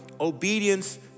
obedience